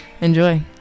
Enjoy